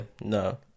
no